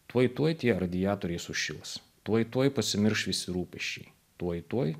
tuoj tuoj tie radiatoriai sušils tuoj tuoj pasimirš visi rūpesčiai tuoj tuoj